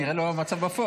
כי זה כנראה לא המצב בפועל.